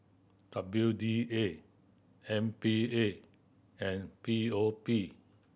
W D A M P A and P O P